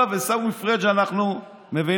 עזוב, עיסאווי פריג' אנחנו מבינים.